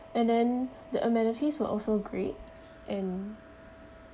and then the amenities were also great and